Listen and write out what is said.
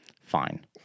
fine